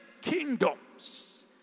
kingdoms